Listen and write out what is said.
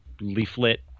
Leaflet